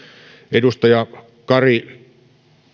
edustaja kari